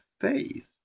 faith